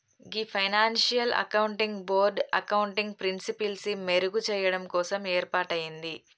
గీ financial accounting board accounting ప్రిన్సిపిల్సి మెరుగు చెయ్యడం కోసం ఏర్పాటయింది